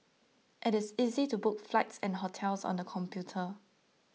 it is easy to book flights and hotels on the computer